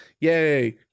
Yay